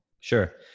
Sure